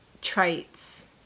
traits